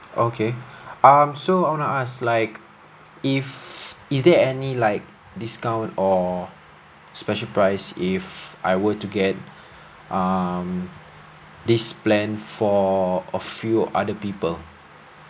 okay um so I want to ask like if is there any like discount or special price if I were to get um this plan for a few other people